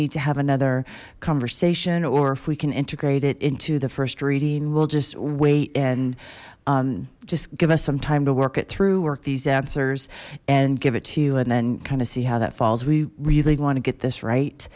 need to have another conversation or if we can integrate it into the first reading we'll just wait and just give us some time to work it through work these answers and give it to you and then kind of see how that falls we really want to get this right